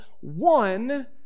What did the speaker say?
one